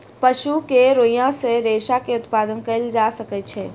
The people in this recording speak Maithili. पशु के रोईँयाँ सॅ रेशा के उत्पादन कयल जा सकै छै